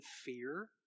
fear